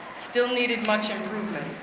still needed much improvement.